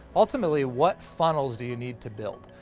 ultimately, what funnels do you need to build?